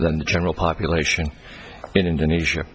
than the general population in indonesia